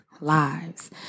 lives